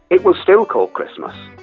it was still called christmas.